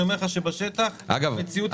אני אומר לך שבשטח המציאות היא אחרת.